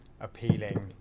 appealing